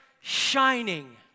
shining